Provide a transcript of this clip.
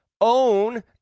own